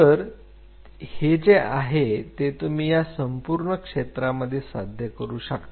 तर हे जे आहे ते तुम्ही या पूर्ण क्षेत्रांमध्ये साध्य करू शकता